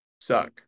suck